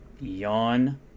Yawn